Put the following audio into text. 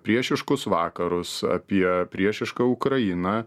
priešiškus vakarus apie priešišką ukrainą